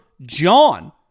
JOHN